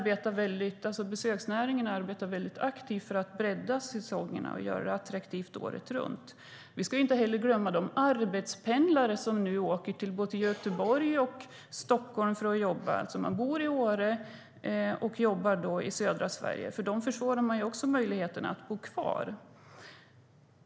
Besöksnäringen arbetar väldigt aktivt för att bredda säsongerna och göra det attraktivt året runt. Vi ska inte heller glömma de arbetspendlare som åker till både Göteborg och Stockholm för att jobba. De bor i Åre och jobbar i södra Sverige. För dem försvårar man också möjligheterna att bo kvar.